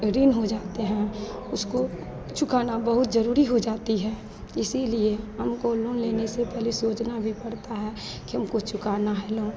ऋन हो जाते हैं उसको चुकाना बहुत ज़रूरी हो जाता है इसीलिए हमको लोन लेने से पहले सोचना भी पड़ता है कि हमको चुकाना है लोन